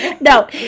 No